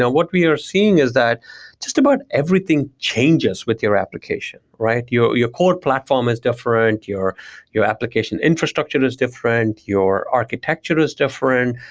and what we're seeing is that just about everything changes with your application, right? your your core platform is different. your your application infrastructure is different. your architecture is different.